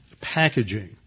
packaging